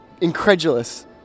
incredulous